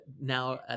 now